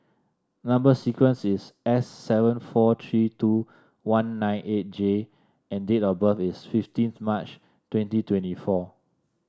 number sequence is S seven four three two one nine eight J and date of birth is fifteen March twenty twenty four